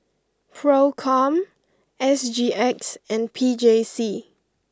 Procom S G X and P J C